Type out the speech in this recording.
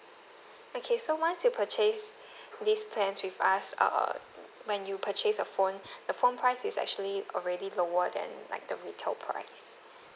okay so once you purchase these plans with us err when you purchase a phone the phone price is actually already lower than like the retail price